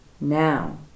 now